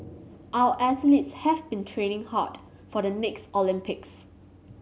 our athletes have been training hard for the next Olympics